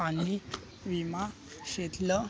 आणि विमा क्षेत्र